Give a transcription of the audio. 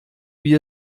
wie